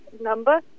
number